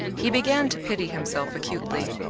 he began to pity himself acutely.